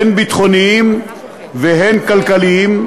הן ביטחוניים והן כלכליים,